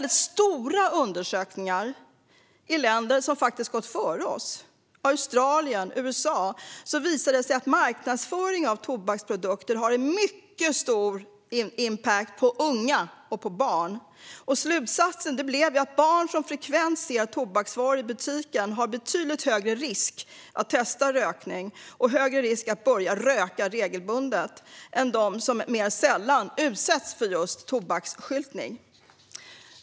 I stora undersökningar i länder som har gått före oss, som Australien och USA, visar det sig att marknadsföring av tobaksprodukter har en mycket stor impact på unga och på barn. Slutsatsen blir att barn som frekvent ser tobaksvaror i butiker löper betydligt högre risk att testa rökning och högre risk att börja röka regelbundet än dem som mer sällan utsätts för tobaksskyltning.